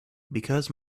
because